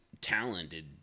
talented